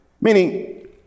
Meaning